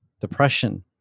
depression